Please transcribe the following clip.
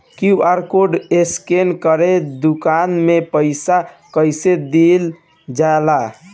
QR code scan करके दुकान में पईसा कइसे देल जाला?